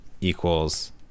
equals